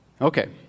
Okay